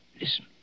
Listen